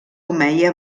omeia